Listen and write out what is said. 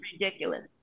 ridiculous